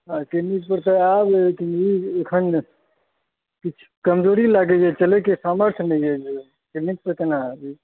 आ क्लिनिक पर तऽ आयब लेकिन एखन किछु कमजोरी लागै अछि चलैके सामर्थ्य नहि यऽ क्लिनिक पर केना आबी